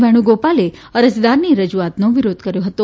વેણુગોપાલે અરજદારની રજુઆતનો વિરોધ કર્યો હતો